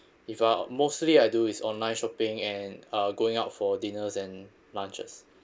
if uh mostly I do is online shopping and uh going out for dinners and lunches